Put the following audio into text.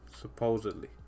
Supposedly